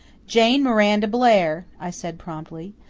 jane miranda blair, i said promptly.